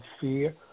fear